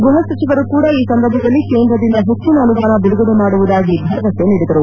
ಗೃಹ ಸಚಿವರು ಕೂಡ ಈ ಸಂದರ್ಭದಲ್ಲಿ ಕೇಂದ್ರದಿಂದ ಹೆಚ್ಚಿನ ಅನುದಾನ ಬಿಡುಗಡೆ ಮಾಡುವುದಾಗಿ ಭರವಸೆ ನೀಡಿದ್ದಾರೆ